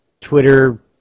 Twitter